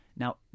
Now